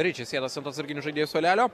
riči sėdasi ant atsarginių žaidėjų suolelio